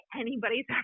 anybody's